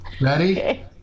ready